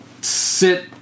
sit